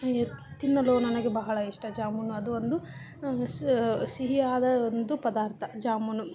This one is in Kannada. ಇದು ತಿನ್ನಲು ನನಗೆ ಬಹಳ ಇಷ್ಟ ಜಾಮೂನು ಅದು ಒಂದು ಸ ಸಿಹಿಯಾದ ಒಂದು ಪದಾರ್ಥ ಜಾಮೂನು